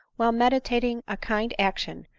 while meditating a kind action,